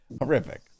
horrific